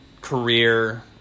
career